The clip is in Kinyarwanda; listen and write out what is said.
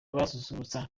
bazasusurutsa